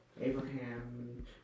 Abraham